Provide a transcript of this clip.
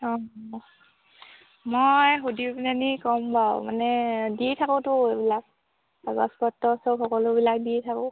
অঁ মই সুধি পেলানি ক'ম বাৰু মানে দি থাকোঁতো এইবিলাক কাগজপত্ৰ সব সকলোবিলাক দি থাকোঁ